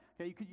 Okay